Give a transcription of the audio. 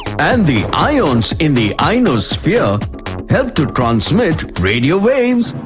and the ions in the ionosphere help to transmit radio waves!